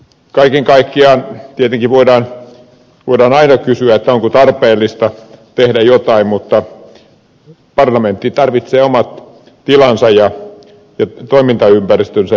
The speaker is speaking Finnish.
kaiken kaikkiaan tietenkin voidaan aina kysyä onko tarpeellista tehdä jotain mutta parlamentti tarvitsee omat tilansa ja toimintaympäristönsä